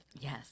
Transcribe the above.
Yes